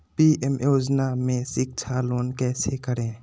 PM योजना में शिक्षा लोन कैसे करें?